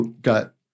got